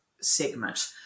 segment